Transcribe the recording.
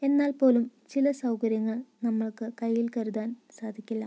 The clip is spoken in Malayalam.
എന്നാൽ പോലും ചില സൗകര്യങ്ങൾ നമുക്ക് കൈയിൽ കരുതാൻ സാധിക്കില്ല